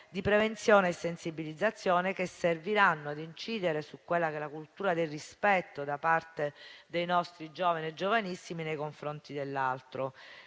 di prevenzione e sensibilizzazione che serviranno ad incidere su quella che è la cultura del rispetto da parte dei nostri giovani e giovanissimi nei confronti dell'altro.